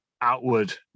outward